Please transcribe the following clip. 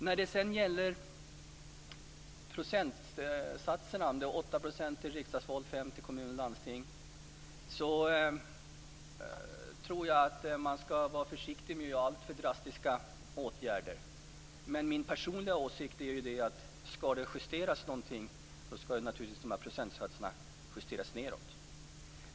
När det sedan gäller procentsatserna, om det är 8 i riksdagsvalet och 5 i valet till kommuner och landsting, tror jag att man skall vara försiktig med att vidta alltför drastiska åtgärder. Min personliga åsikt är att om det skall justeras så skall procentsatserna justeras nedåt.